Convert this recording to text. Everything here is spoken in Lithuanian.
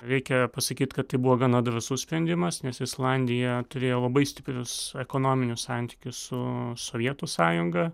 reikia pasakyti kad tai buvo gana drąsus sprendimas nes islandija turėjo labai stiprius ekonominius santykius su sovietų sąjunga